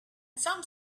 some